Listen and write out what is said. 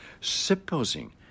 Supposing